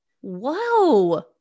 whoa